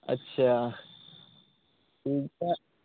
ᱟᱪᱪᱷᱟ ᱴᱷᱤᱠ ᱜᱮᱭᱟ ᱦᱟᱜ